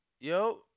Yo